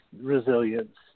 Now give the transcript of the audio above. resilience